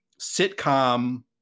sitcom